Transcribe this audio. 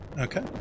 Okay